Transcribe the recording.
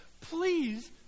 please